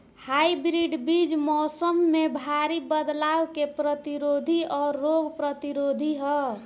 hybrid बीज मौसम में भारी बदलाव के प्रतिरोधी और रोग प्रतिरोधी ह